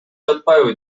жатпайбы